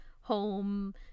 home